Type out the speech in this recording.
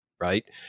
right